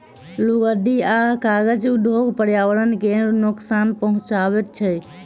लुगदी आ कागज उद्योग पर्यावरण के नोकसान पहुँचाबैत छै